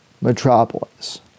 metropolis